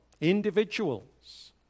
individuals